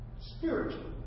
Spiritually